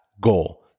goal